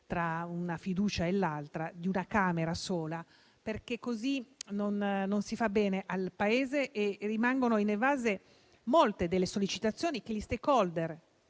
tra una fiducia e l'altra, in una Camera sola. Così non si fa bene al Paese e rimangono inevase molte delle sollecitazioni che gli *stakeholder*